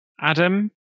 Adam